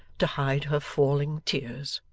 to hide her falling tears.